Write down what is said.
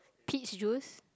peach juice